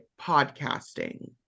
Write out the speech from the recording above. podcasting